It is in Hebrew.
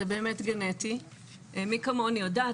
זה באמת גנטי, מי כמוני יודעת.